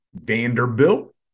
Vanderbilt